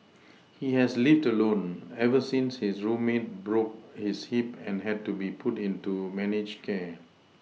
he has lived alone ever since his roommate broke his hip and had to be put into managed care